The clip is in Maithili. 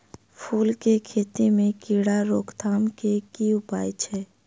फूल केँ खेती मे कीड़ा रोकथाम केँ की उपाय छै?